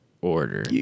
order